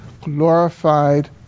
glorified